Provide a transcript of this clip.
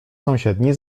sąsiedni